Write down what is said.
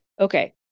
Okay